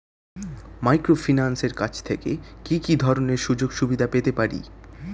মাইক্রোফিন্যান্সের কাছ থেকে কি কি ধরনের সুযোগসুবিধা পেতে পারি?